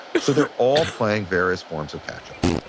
so they're all playing various forms of catch up.